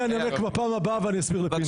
אני אנמק בפעם הבאה ואני אסביר לפינדרוס.